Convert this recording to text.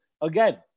again